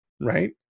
right